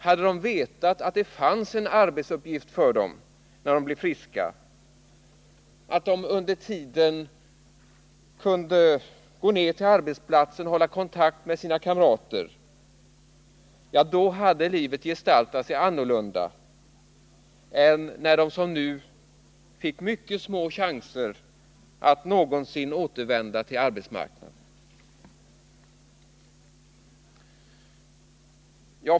Hade de vetat att det fanns en arbetsuppgift för dem när de blev friska, att de under tiden kunde gå ner till arbetsplatsen och hålla kontakt med sina kamrater, då hade livet gestaltat sig annorlunda än när de som nu fick mycket små chanser att någonsin återvända till arbetsmarknaden.